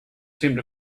seemed